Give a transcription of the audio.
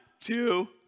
two